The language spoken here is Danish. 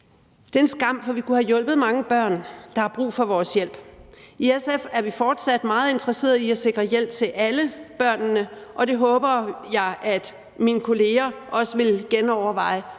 Det er en skam, for vi kunne have hjulpet mange børn, der har brug for vores hjælp. I SF er vi fortsat meget interesseret i at sikre hjælp til alle børnene, og jeg håber, mine kolleger også vil genoverveje